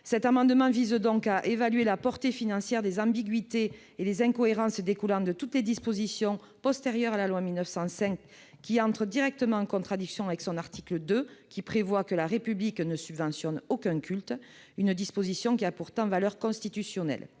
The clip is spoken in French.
Cet amendement vise donc à évaluer la portée financière des ambiguïtés et les incohérences découlant de toutes les dispositions postérieures à la loi de 1905 qui entrent directement en contradiction avec son article 2, lequel prévoit que la République ne subventionne aucun culte- cette disposition a également valeur constitutionnelle.